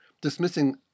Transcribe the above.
dismissing